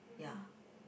ya